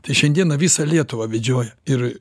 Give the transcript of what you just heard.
tai šiandien visą lietuvą vedžioja ir